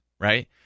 right